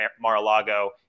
Mar-a-Lago